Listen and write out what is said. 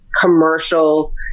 commercial